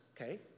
okay